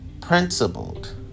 Principled